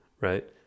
Right